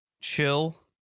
chill